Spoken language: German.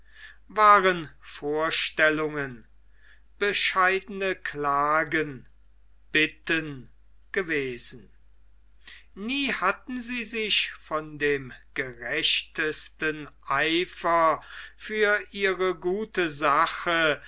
waren vorstellungen bescheidene klagen bitten gewesen nie hatten sie sich von dem rechtesten eifer für ihre gute sache